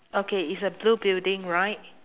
okay it's a blue building right